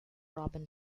robin